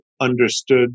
understood